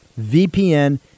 VPN